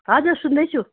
हजुर सुन्दैछु